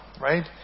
right